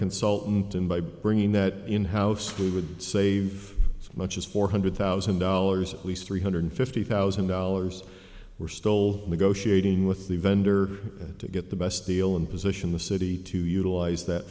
consultant in by bringing that in house we would save as much as four hundred thousand dollars at least three hundred fifty thousand dollars we're still negotiating with the vendor to get the best deal and position the city to utilize that